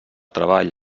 treball